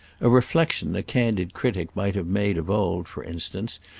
a reflexion a candid critic might have made of old, for instance,